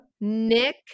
Nick